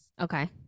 okay